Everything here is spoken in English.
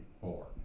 four